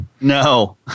No